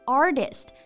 artist